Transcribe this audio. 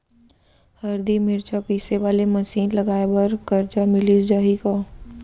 हरदी, मिरचा पीसे वाले मशीन लगाए बर करजा मिलिस जाही का?